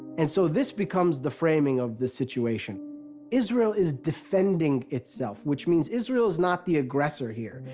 and so this becomes the framing of the situation israel is defending itself, which means israel is not the aggressor here.